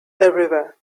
everywhere